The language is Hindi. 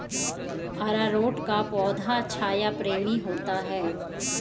अरारोट का पौधा छाया प्रेमी होता है